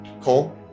Cole